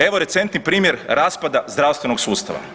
Evo recentni primjer raspada zdravstvenog sustava.